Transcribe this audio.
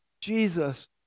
Jesus